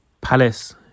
Palace